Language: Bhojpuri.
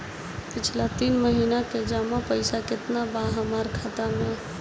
पिछला तीन महीना के जमा पैसा केतना बा हमरा खाता मे?